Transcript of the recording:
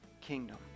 kingdom